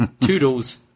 Toodles